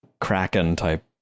Kraken-type